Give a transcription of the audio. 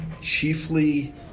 chiefly